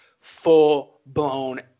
full-blown